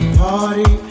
party